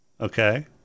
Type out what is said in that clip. okay